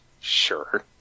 Sure